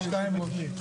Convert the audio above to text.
הישיבה נעולה.